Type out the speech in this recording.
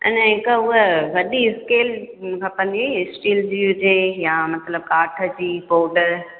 अञा हिक उहा वॾी स्कैल खपंदी हुई स्टील जी हुजे या मतलबु काठ जी बोड